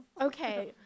Okay